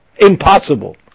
impossible